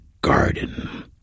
garden